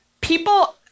people